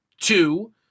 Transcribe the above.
two